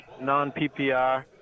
non-PPR